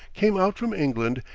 came out from england,